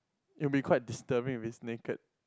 it will be quite disturbing if it's naked